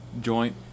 joint